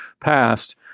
passed